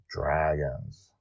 Dragons